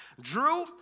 Drew